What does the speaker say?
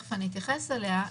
תכף אתייחס אליה,